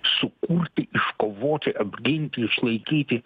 sukurti iškovoti apginti išlaikyti